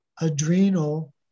adrenal